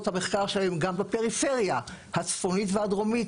את המחקר שלהם גם בפריפריה הצפונית והדרומית,